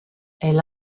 elle